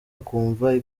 akumva